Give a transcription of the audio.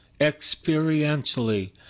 experientially